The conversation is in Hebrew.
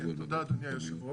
כן, תודה, אדוני היושב ראש.